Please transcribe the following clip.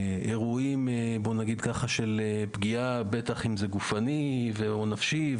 אירועים של פגיעה, בטח אם זה פיזית או נפשית.